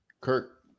Kirk –